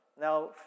now